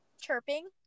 Chirping